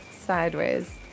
sideways